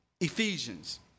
Ephesians